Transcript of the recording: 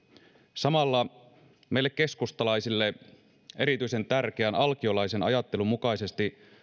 samalla meille keskustalaisille erityisen tärkeän alkiolaisen ajattelun mukaisesti